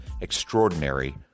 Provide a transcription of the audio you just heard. extraordinary